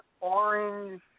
orange